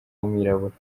w’umwirabura